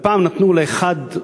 ופעם נתנו לאחד,